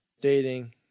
Dating